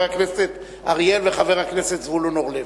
הכנסת אריאל וחבר הכנסת זבולון אורלב,